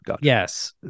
yes